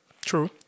True